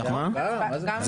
לא,